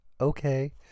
Okay